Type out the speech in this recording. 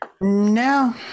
No